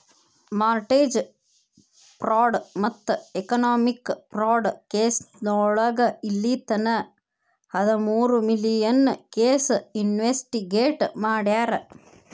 mortgage fraud ಮತ್ತ economic fraud ಕೆಸೋಳಗ ಇಲ್ಲಿತನ ಹದಮೂರು ಮಿಲಿಯನ್ ಕೇಸ್ ಇನ್ವೆಸ್ಟಿಗೇಟ್ ಮಾಡ್ಯಾರ